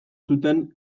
zuten